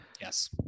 Yes